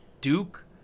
Duke